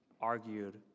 argued